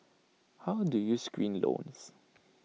how do you screen loans